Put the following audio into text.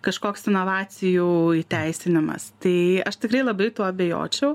kažkoks inovacijų įteisinimas tai aš tikrai labai tuo abejočiau